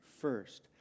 first